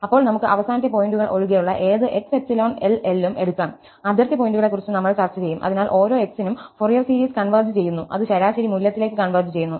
അപ്പോൾ നമുക്ക് അവസാന പോയിന്റുകൾ ഒഴികെയുള്ള ഏത് x ∈ L L ഉം എടുക്കാംഅതിർത്തി പോയിന്റുകളെക്കുറിച്ചും നമ്മൾ ചർച്ച ചെയ്യുംഅതിനാൽ ഓരോ x നും ഫൊറിയർ സീരീസ് കൺവെർജ് ചെയ്യുന്നു അത് ശരാശരി മൂല്യത്തിലേക്ക് കൺവെർജ് ചെയ്യുന്നു